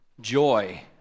joy